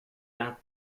d’un